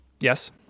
Yes